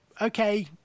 okay